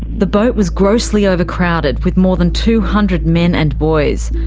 the boat was grossly overcrowded with more than two hundred men and boys,